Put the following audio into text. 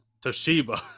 Toshiba